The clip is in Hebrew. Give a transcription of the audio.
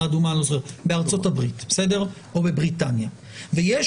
אדומה או בארצות הברית או בבריטניה,